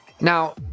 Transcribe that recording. Now